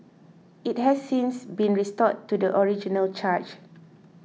it has since been restored to the original charge